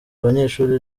abanyeshuri